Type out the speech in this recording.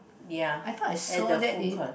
ya at the food court